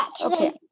Okay